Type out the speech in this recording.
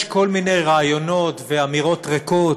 יש כל מיני רעיונות ואמירות ריקות,